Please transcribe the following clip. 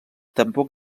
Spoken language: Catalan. tampoc